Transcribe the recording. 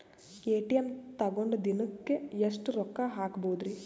ATM ತಗೊಂಡ್ ದಿನಕ್ಕೆ ಎಷ್ಟ್ ರೊಕ್ಕ ಹಾಕ್ಬೊದ್ರಿ?